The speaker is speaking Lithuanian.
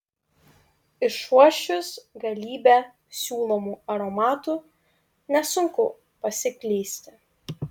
išuosčius galybę siūlomų aromatų nesunku pasiklysti